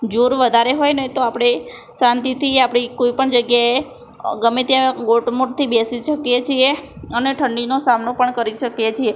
જોર વધારે હોય ને તો આપણે શાંતિથી આપણી કોઈ પણ જગ્યાએ ગમે ત્યાં ગોટ મોટથી બેસી શકીએ છીએ અને ઠંડીનો સામનો પણ કરી શકીએ છીએ